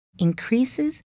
Increases